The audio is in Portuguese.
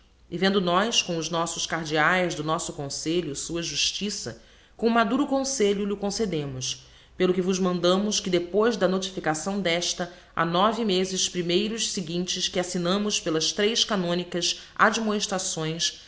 e vendo nós com os nossos cardiaes do nosso conselho sua justiça com maduro conselho lh'o concedemos pelo que vos mandamos que depois da notificação desta a nove mezes primeiros seguintes que assignamos pelas trez canonicas